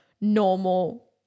normal